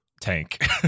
tank